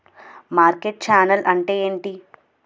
Market channel అంటే ఏమిటి?